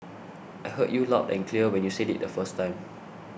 I heard you loud and clear when you said it the first time